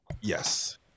Yes